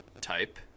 type